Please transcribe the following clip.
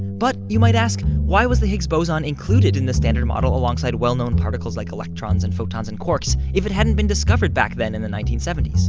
but, you might ask, why was the higgs boson included in the standard model, alongside well-known particles like electrons and photons and quarks, if it hadn't been discovered back then in the nineteen seventy s?